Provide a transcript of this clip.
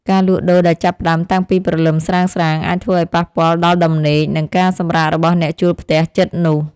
ការលក់ដូរដែលចាប់ផ្តើមតាំងពីព្រលឹមស្រាងៗអាចធ្វើឱ្យប៉ះពាល់ដល់ដំណេក និងការសម្រាករបស់អ្នកជួលផ្ទះជិតនោះ។